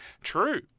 true